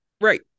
Right